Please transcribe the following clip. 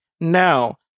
now